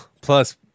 Plus